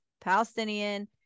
palestinian